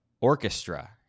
orchestra